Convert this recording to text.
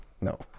No